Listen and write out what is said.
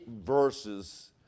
verses